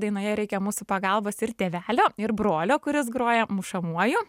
dainoje reikia mūsų pagalbos ir tėvelio ir brolio kuris groja mušamuoju